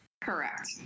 Correct